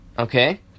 Okay